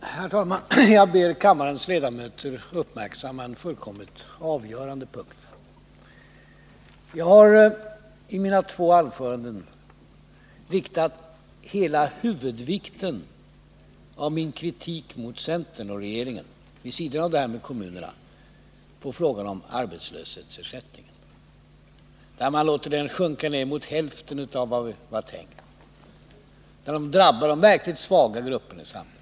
Herr talman! Jag ber kammarens ledamöter uppmärksamma en fullkomligt avgörande punkt. Jag har i mina två anföranden inriktat hela huvudvikten av min kritik mot centern och regeringen, vid sidan av det här med kommunerna, på frågan om arbetslöshetsersättningen. Man låter den sjunka ner mot hälften av vad som var tänkt, något som drabbar de verkligt svaga grupperna i samhället.